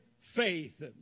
faith